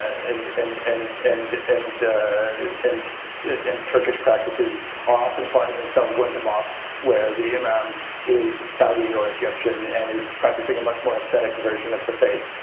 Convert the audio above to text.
and and and and and and and turkish practices are often finding themselves going to mosques where the imam is saudi or egyptian and is practicing a much more acidic version of the faith